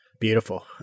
Beautiful